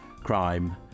crime